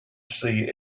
see